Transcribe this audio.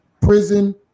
prison